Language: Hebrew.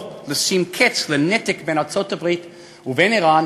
לשים קץ לנתק בין ארצות-הברית ובין איראן,